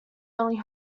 only